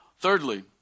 Thirdly